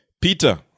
Peter